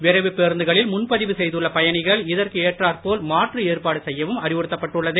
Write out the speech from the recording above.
விரைவுப் பேருந்துகளில் முன்பதிவு செய்துள்ள பயணிகள் இதற்கு ஏற்றாற்போல் மாற்று ஏற்பாடு செய்யவும் அறிவுறுத்தப் பட்டுள்ளது